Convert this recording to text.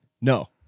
No